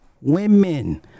women